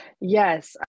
Yes